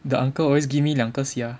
the uncle always give me 两个 sia